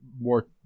more